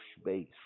space